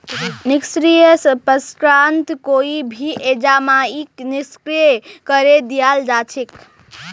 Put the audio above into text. निष्क्रिय प्रसंस्करणत कोई भी एंजाइमक निष्क्रिय करे दियाल जा छेक